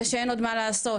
ושאין עוד מה לעשות,